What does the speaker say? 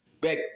Back